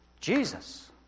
Jesus